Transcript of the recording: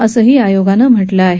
असं आयोगानं म्हटलं आहे